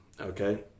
okay